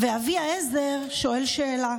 אבי עזר שואל שאלה: